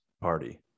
party